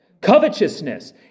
Covetousness